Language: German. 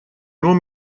nur